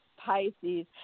Pisces